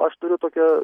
aš turiu tokią